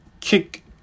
kick